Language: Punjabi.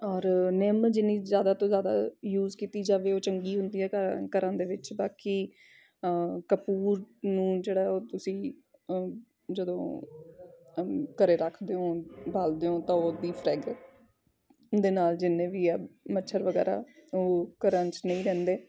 ਔਰ ਨਿੰਮ ਜਿੰਨੀ ਜ਼ਿਆਦਾ ਤੋਂ ਜ਼ਿਆਦਾ ਯੂਜ ਕੀਤੀ ਜਾਵੇ ਉਹ ਚੰਗੀ ਹੁੰਦੀ ਹੈ ਕਰ ਕਰਨ ਦੇ ਵਿੱਚ ਬਾਕੀ ਕਪੂਰ ਨੂੰ ਜਿਹੜਾ ਉਹ ਤੁਸੀਂ ਜਦੋਂ ਘਰ ਰੱਖਦੇ ਹੋ ਬਾਲਦੇ ਹੋ ਤਾਂ ਉਹਦੀ ਫਰੈਗ ਦੇ ਨਾਲ ਜਿੰਨੇ ਵੀ ਆ ਮੱਛਰ ਵਗੈਰਾ ਉਹ ਘਰਾਂ 'ਚ ਨਹੀਂ ਰਹਿੰਦੇ